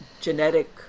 genetic